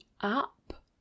up